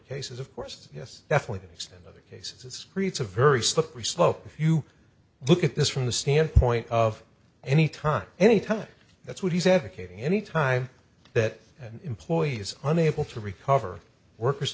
cases of course yes definitely extend other cases it's creates a very slippery slope if you look at this from the standpoint of any time any time that's what he's advocating any time that an employee is unable to recover workers